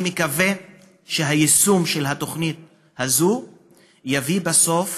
אני מקווה שהיישום של התוכנית הזאת יביא בסוף